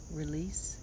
release